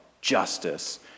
justice